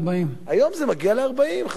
היום זה מגיע ל-40, חברים.